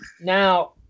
now